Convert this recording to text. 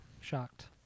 shocked